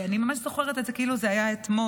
אני ממש זוכרת את זה כאילו זה היה אתמול.